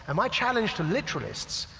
and my challenge to literalists,